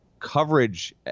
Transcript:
coverage